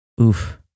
Oof